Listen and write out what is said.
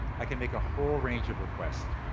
i can make a whole range of requests.